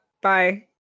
Bye